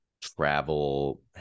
travel